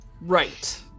Right